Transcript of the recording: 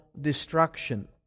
destruction